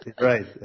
Right